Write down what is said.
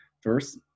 First